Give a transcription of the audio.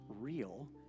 real